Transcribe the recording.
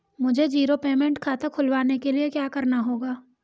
मुझे zero payment खाता खुलवाने के लिए क्या करना होगा?